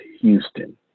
Houston